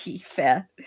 Fair